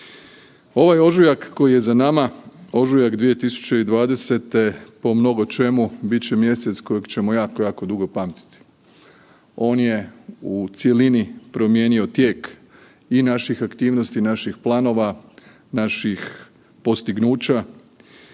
Ovaj ožujak koji je za nama ožujak 2020. po mnogo čemu bit će mjesec kojeg ćemo jako, jako dugo pamtiti. On je u cjelini promijenio tijek i naših aktivnosti i naših planova, naših postignuća